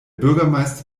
bürgermeister